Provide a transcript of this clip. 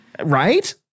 Right